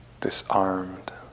Disarmed